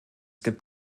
gibt